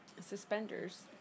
suspenders